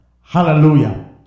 Hallelujah